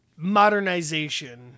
Modernization